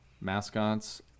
mascots